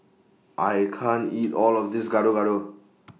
I can't eat All of This Gado Gado